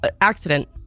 accident